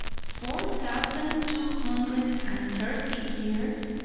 four thousand, two hundred and thirty years!